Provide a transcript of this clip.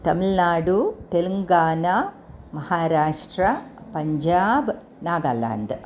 तमिल्नाडुः तेलङ्गाना महाराष्ट्रः पञ्जाबः नागालेण्डः